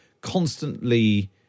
constantly